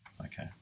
Okay